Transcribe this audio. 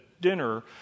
dinner